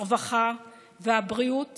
הרווחה והבריאות